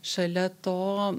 šalia to